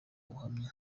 ubuhamya